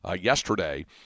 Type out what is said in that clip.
yesterday